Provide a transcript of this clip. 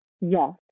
yes